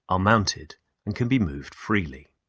are mounted and can be moved freely.